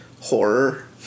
horror